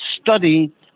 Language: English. study